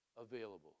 available